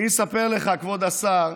אני אספר לך, כבוד השר,